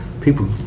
People